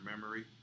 memory